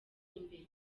imbere